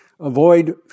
Avoid